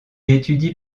étudie